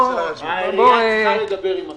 העירייה צריכה לדבר עם התושבים.